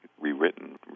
rewritten